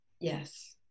Yes